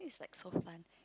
like so fun